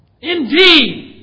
Indeed